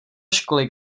školy